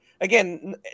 again